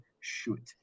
shoot